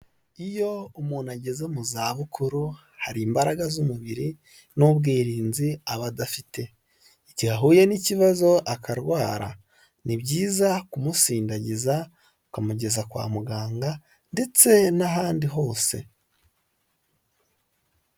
Iyo umuntu ageze mu zabukuru, hari imbaraga z'umubiri n'ubwirinzi aba adafite. Igihe ahuye n'ikibazo akarwara, ni byiza kumusindagiza ukamugeza kwa muganga ndetse n'ahandi hose.